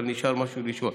אבל נשאר משהו לשאול.